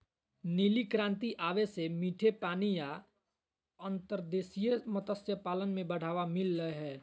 नीली क्रांति आवे से मीठे पानी या अंतर्देशीय मत्स्य पालन के बढ़ावा मिल लय हय